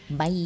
Bye